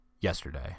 yesterday